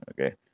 Okay